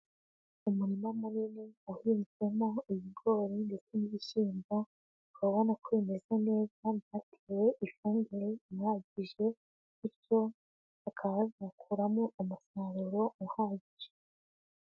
Umurima munini uhinzwemo ibigori ndetse n'ibishyimbo, ukaba ubona ko bimeza neza byatewe ifumbire ihagije, bityo bakaba bazakuramo umusaruro uhagije.